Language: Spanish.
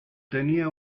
tenía